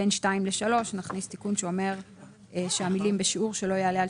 בין (2) ל-(3) נכניס תיקון שאומר שהמילים "בשיעור שלא יעלה על